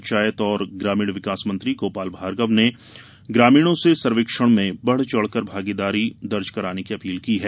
पंचायत एवं ग्रामीण विकास मंत्री श्री गोपाल भार्गव ने ग्रामीणों से सर्वेक्षण में बढ़ चढ़कर भागीदारी दर्ज कराने की अपील की है